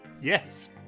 Yes